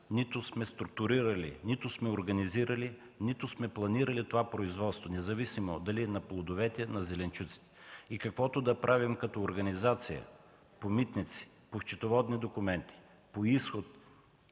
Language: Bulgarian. нито сме структурирали, нито сме организирали, нито сме планирали това производство независимо дали на плодовете, или на зеленчуците. Каквото и да правим като организация – по митници, по счетоводни документи, по изход,